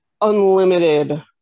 unlimited